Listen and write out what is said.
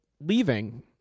leaving